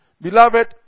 Beloved